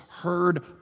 heard